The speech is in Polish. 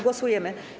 Głosujemy.